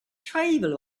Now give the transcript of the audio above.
tribal